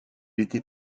était